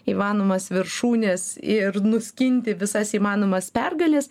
įmanomas viršūnes ir nuskinti visas įmanomas pergales